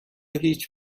هیچ